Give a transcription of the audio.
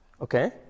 Okay